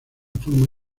forma